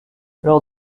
lors